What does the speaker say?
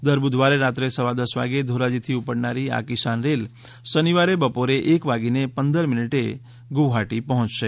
દર બુધવારે રાત્રે સવા દસ વાગે ધોરાજીથી ઉપડનારી આ કિસાન રેલ શનિવારે બપોરે એક વાગીને પંદર મિનિટે વાગે ગુવહાટી પહોંચશે